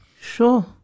Sure